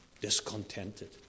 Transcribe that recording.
discontented